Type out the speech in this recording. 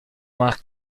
más